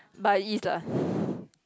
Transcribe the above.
but it is lah